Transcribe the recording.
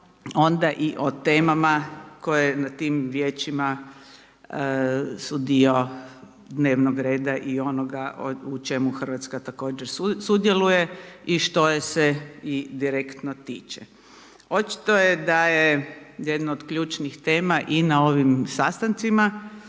onda i o temama koje na tim vijećima su dio dnevnog reda i onoga u čemu RH također sudjeluje i što je se i direktno tiče. Očito je da je jedno od ključnih tema i na ovim sastancima,